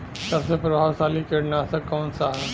सबसे प्रभावशाली कीटनाशक कउन सा ह?